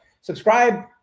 subscribe